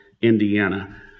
indiana